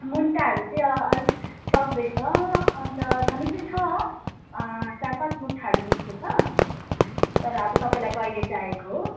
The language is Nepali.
मुन्टाहरू चाहिँ अँ अलिक सकििँदैछ अन्त छन चाहिँ छ अँ चार पाँच मुठाहरू जस्तो छ तर अब तपाईँलाई कहिले चाहिएको हो